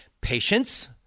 patience